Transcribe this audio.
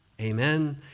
Amen